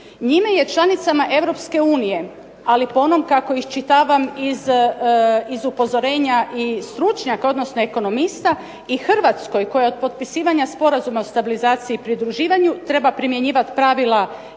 Njime je članicama Europske unije ali po onom kako iščitavam iz upozorenja i stručnjaka odnosno ekonomista i Hrvatskoj koja od potpisivanja Sporazuma o stabilizaciji i pridruživanju treba primjenjivati pravila